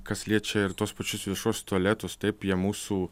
kas liečia ir tuos pačius viešus tualetus taip jie mūsų